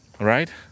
right